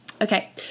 Okay